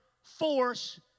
force